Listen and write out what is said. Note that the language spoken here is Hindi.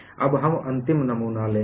अब हम अंतिम नमूना लेंगे